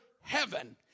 heaven